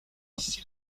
ici